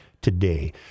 today